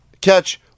Catch